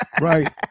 Right